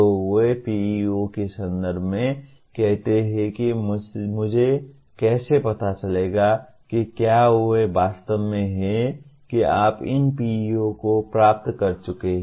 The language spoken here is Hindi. तो वे PEO के संदर्भ में कहते हैं कि मुझे कैसे पता चलेगा कि क्या वे वास्तव में हैं कि आप इन PEO को प्राप्त कर चुके हैं